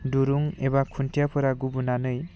दुरुं एबा खुन्थियाफोरा गुबुनानै